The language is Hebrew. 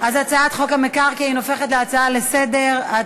הצעת חוק המקרקעין הופכת להצעה לסדר-היום.